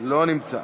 לא נמצא.